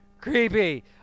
creepy